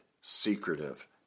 secretive